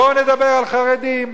בואו נדבר על חרדים,